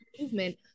Movement